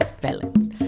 Felons